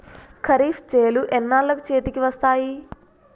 ఖరీఫ్ చేలు ఎన్నాళ్ళకు చేతికి వస్తాయి?